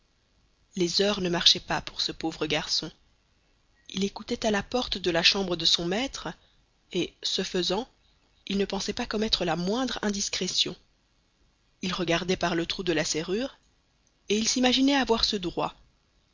les heures ne marchaient pas pour ce pauvre garçon il écoutait à la porte de la chambre de son maître et ce faisant il ne pensait pas commettre la moindre indiscrétion il regardait par le trou de la serrure et il s'imaginait avoir ce droit